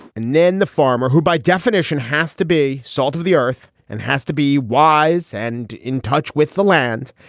and then the farmer, who by definition has to be salt of the earth and has to be wise and in touch with the land.